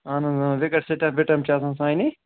اَہن حظ اۭں وِکَٹ سَٹَمپ وِٹَمپ چھِ آسان سانے